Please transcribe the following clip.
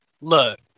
Look